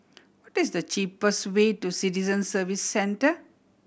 what is the cheapest way to Citizen Service Centre